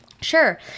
sure